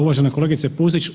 Uvažena kolegice Pusić.